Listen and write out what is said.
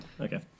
Okay